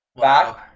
Back